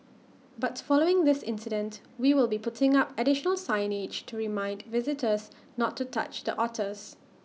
but following this incident we will be putting up additional signage to remind visitors not to touch the otters